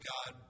God